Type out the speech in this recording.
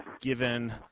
given